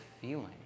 feeling